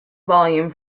volume